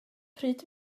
pryd